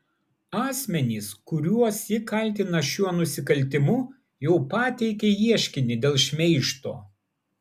asmenys kuriuos ji kaltina šiuo nusikaltimu jau pateikė ieškinį dėl šmeižto